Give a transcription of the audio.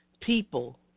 people